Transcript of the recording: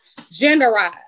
genderized